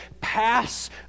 pass